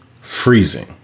freezing